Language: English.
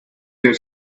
their